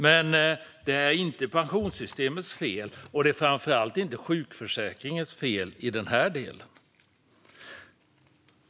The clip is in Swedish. Men det är inte pensionssystemets fel, och det är framför allt inte sjukförsäkringens fel, i denna del. Fru talman!